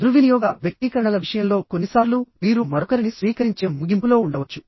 దుర్వినియోగ వ్యక్తీకరణల విషయంలో కొన్నిసార్లు మీరు మరొకరిని స్వీకరించే ముగింపులో ఉండవచ్చు